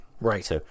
right